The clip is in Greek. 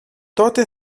τότε